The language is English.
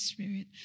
Spirit